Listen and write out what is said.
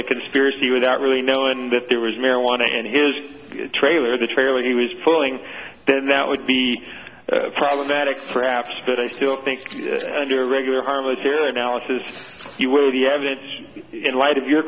the conspiracy without really knowing that there was marijuana in his trailer the trailer he was pulling then that would be problematic for apps but i still think under regular harmless error analysis you will see evidence in light of your